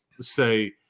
say